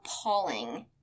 appalling